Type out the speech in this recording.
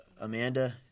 Amanda